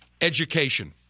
education